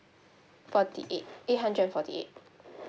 forty eight eight hundred and forty eight